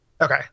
Okay